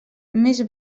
més